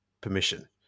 permission